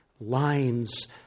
lines